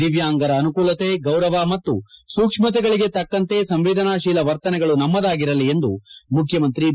ದಿವ್ಕಾಂಗರ ಅನುಕೂಲತೆ ಗೌರವ ಮತ್ತು ಸೂಕ್ಷತೆಗಳಿಗೆ ತಕ್ಕಂತೆ ಸಂವೇದನಾಶೀಲ ವರ್ತನೆಗಳು ನಮ್ಮದಾಗಿರಲಿ ಎಂದು ಮುಖ್ಯಮಂತ್ರಿ ಬಿ